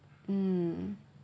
mm